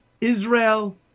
Israel